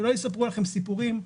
שלא יספרו לכם סיפורים.